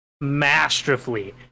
masterfully